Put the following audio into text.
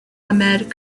ahmed